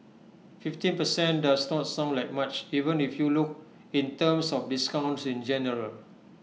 fifteen percent does not sound like much even if you look in terms of discounts in general